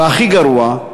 והכי גרוע,